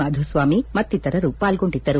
ಮಾಧುಸ್ವಾಮಿ ಮತ್ತಿತರರು ಪಾಲ್ಗೊಂಡಿದ್ದರು